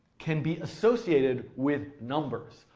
can be associated with numbers,